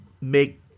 make